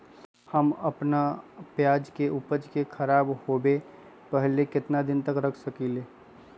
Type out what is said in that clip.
हम अपना प्याज के ऊपज के खराब होबे पहले कितना दिन तक रख सकीं ले?